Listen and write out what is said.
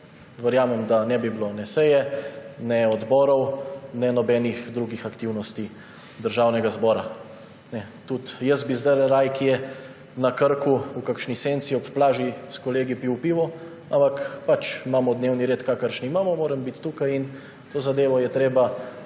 verjamem, da ne bi bilo ne seje ne odborov ne drugih aktivnosti Državnega zbora. Tudi jaz bi zdajle raje kje na Krku v kakšni senci ob plažis kolegi pil pivo, ampak pač imamo dnevni red, kakršnega imamo, moram biti tukaj in to zadevo je treba